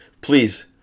Please